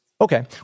Okay